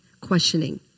questioning